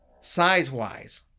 Size-wise